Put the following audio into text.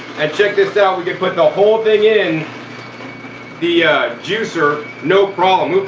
and check this out, we can put the whole thing in the juicer, no problem. oops,